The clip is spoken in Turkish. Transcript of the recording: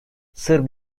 sırp